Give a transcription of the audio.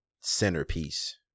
centerpiece